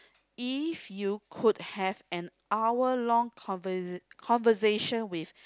if you could have an hour long conversa~ conversation with